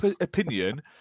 opinion